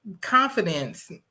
confidence